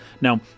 Now